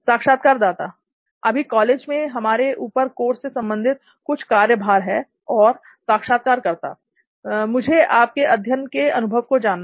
साक्षात्कारदाता अभी कॉलेज में हमारे ऊपर कोर्स से संबंधित बहुत कार्यभार है और साक्षात्कारकर्ता मुझे आप के अध्ययन के अनुभव को जानना है